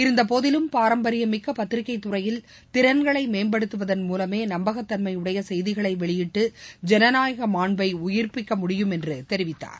இருந்த போதிலும் பாரம்பரியமிக்க பத்திரிகை துறையில் திறன்களை மேம்படுத்துவதன் மூலமே நம்பகத்தன்மையுடைய செய்திகளை வெளியிட்டு ஜனநாயக மாண்ஸப உயிர்பிக்க முடியும் என தெரிவித்தார்